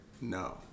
No